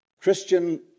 Christian